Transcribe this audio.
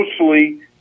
socially